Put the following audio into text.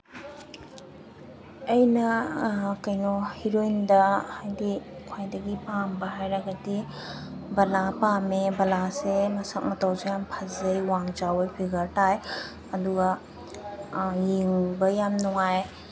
ꯑꯩꯅ ꯀꯩꯅꯣ ꯍꯤꯔꯣꯏꯟꯗ ꯍꯥꯏꯗꯤ ꯈ꯭ꯋꯥꯏꯗꯒꯤ ꯄꯥꯝꯕ ꯍꯥꯏꯔꯒꯗꯤ ꯕꯂꯥ ꯄꯥꯝꯃꯦ ꯕꯂꯥꯁꯦ ꯃꯁꯛ ꯃꯇꯧꯁꯨ ꯌꯥꯝ ꯐꯖꯩ ꯋꯥꯡ ꯆꯥꯎꯋꯦ ꯐꯤꯒꯔ ꯇꯥꯏ ꯑꯗꯨꯒ ꯌꯦꯡꯕ ꯌꯥꯝ ꯅꯨꯡꯉꯥꯏ